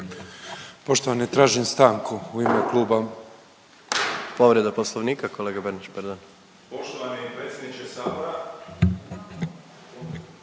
Poštovani tražim stanku u ime kluba